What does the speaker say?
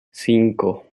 cinco